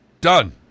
Done